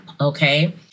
okay